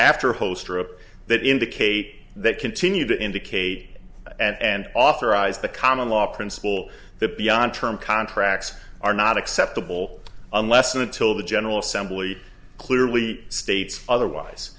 that indicate that continue to indicate and authorized the common law principle that beyond term contracts are not acceptable unless and until the general assembly clearly states otherwise